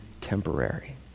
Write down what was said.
temporary